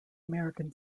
american